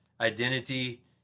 identity